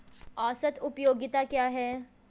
औसत उपयोगिता क्या है?